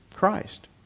Christ